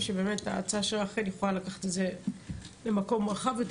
שבאמת הצעה שלך כן יכולה לקחת למקום רחב יותר